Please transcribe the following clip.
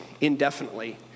indefinitely